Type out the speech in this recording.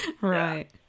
Right